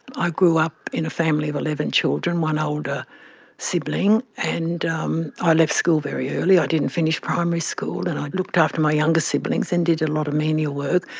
i grew up in a family of eleven children, one older sibling, and um i left school very early, i didn't finish primary school, and i looked after my youngest siblings and did a lot of menial work,